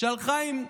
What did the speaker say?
שהלכה עם,